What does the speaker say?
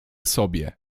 sobie